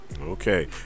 Okay